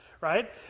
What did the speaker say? right